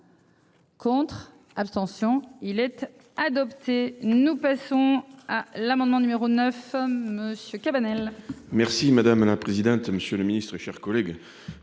Contre, abstention. Il être adopté. Nous passons à l'amendement numéro 9 au monsieur Cabanel. Merci madame la présidente. Monsieur le Ministre, chers collègues